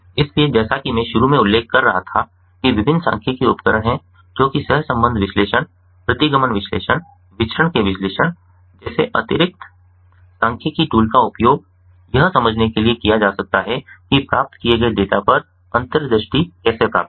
इसलिए जैसा कि मैं शुरू में उल्लेख कर रहा था कि विभिन्न सांख्यिकीय उपकरण हैं जो कि सहसंबंध विश्लेषण प्रतिगमन विश्लेषण विचरण के विश्लेषण जैसे अतिरिक्त सांख्यिकीय टूल का उपयोग यह समझने के लिए किया जा सकता है कि प्राप्त किए गए डेटा पर अंतर्दृष्टि कैसे प्राप्त करें